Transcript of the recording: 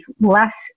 Less